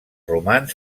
romans